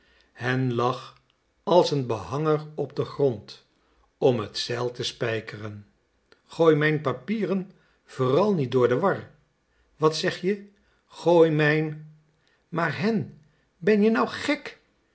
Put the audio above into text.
hen lag als een behanger op den grond om het zeil te spijkeren gooi mijn papieren vooral niet door de war wat zeg je gooi mijn maar hen ben je nou g